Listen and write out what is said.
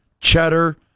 cheddar